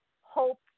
hope